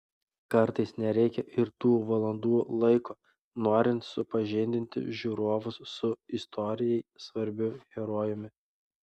kartais nereikia ir tų valandų laiko norint supažindinti žiūrovus su istorijai svarbiu herojumi